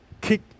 kick